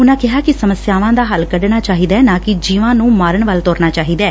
ਉਨੂਾਂ ਕਿਹਾ ਕਿ ਸਮੱਸਿਆਵਾਂ ਦਾ ਹੱਲ ਕੱਢਣਾ ਚਾਹੀਦਾ ਐ ਨਾਂ ਕਿ ਜੀਵਾਂ ਨੂੰ ਮਾਰਨ ਵੱਲ ਤੁਰਨਾ ਚਾਹੀਦੈ